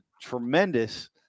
tremendous